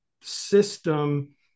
system